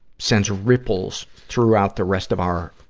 sends ripples throughout the rest of our